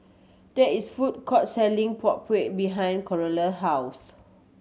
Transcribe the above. there is food court selling Png Kueh behind Creola house